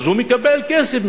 אז הוא מקבל כסף,